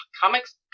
comics